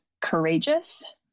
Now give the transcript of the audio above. courageous